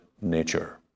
nature